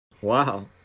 Wow